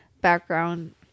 background